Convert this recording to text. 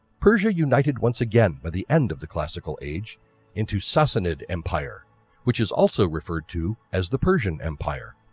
persia united once again by the end of the classical age into sassanid empire which is also referred to as the persian empire.